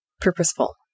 purposeful